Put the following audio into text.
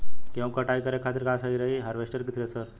गेहूँ के कटाई करे खातिर का सही रही हार्वेस्टर की थ्रेशर?